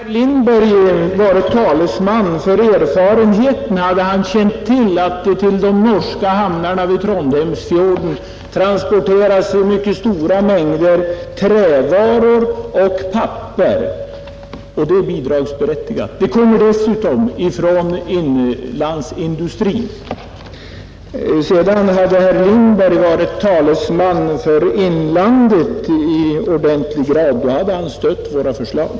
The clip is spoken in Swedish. Herr talman! Hade herr Lindberg varit talesman för erfarenheten, hade han känt till att till de norska hamnarna vid Trondheimsfjorden transporteras mycket stora mängder trävaror och papper. Det är bidragsberättigat, och det kommer dessutom från inlandsindustrin. Om herr Lindberg hade varit talesman för inlandet i ordentlig grad, hade han stött våra förslag.